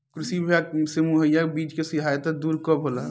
कृषि विभाग से मुहैया बीज के शिकायत दुर कब होला?